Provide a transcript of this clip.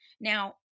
Now